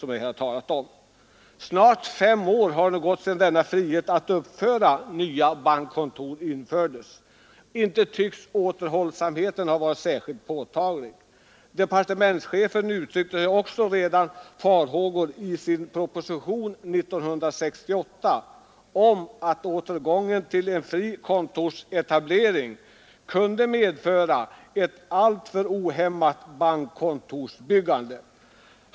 Snart fem år har nu gått sedan denna frihet att inrätta nya bankkontor infördes. Inte tycks återhållsamheten ha varit särskilt påtaglig. Departementschefen uttryckte ju också redan i sin proposition år 1968 vissa farhågor för att återgången till en fri kontorsetablering kunde medföra ett alltför ohämmat bankkontorsbyggande.